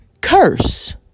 curse